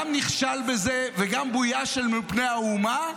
גם נכשל בזה וגם בויש אל מול פני האומה.